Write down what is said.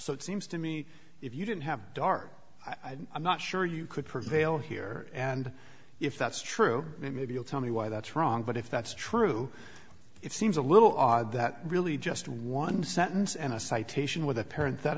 so it seems to me if you didn't have dark eyed i'm not sure you could prevail here and if that's true maybe you'll tell me why that's wrong but if that's true it seems a little odd that really just one sentence and a citation with apparent th